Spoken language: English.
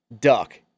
duck